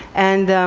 and